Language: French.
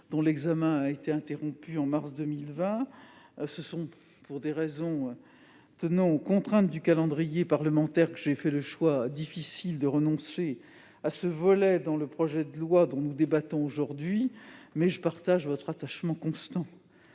dont l'examen a été interrompu au mois de mars 2020. Pour des raisons tenant aux contraintes du calendrier parlementaire, j'ai fait le choix, difficile, de renoncer à ce volet dans le projet de loi dont nous débattons aujourd'hui. Mais je partage votre attachement constant